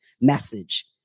message